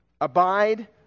abide